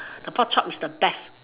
the pork chop is the best